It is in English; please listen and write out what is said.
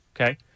okay